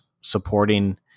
supporting